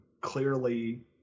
clearly